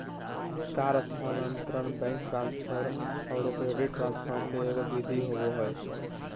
तार स्थानांतरण, bank transfer औरो क्रेडिट ट्रांसफ़र के एगो विधि होबो हइ